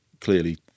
clearly